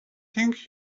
think